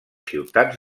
ciutats